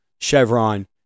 Chevron